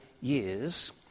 years